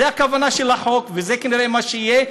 זו הכוונה של החוק וזה כנראה מה שיהיה,